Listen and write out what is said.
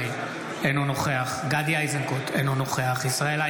אנו עוברים להצבעה על הצעת חוק הנצחת הרב